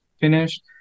finished